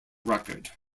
record